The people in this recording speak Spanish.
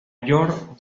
york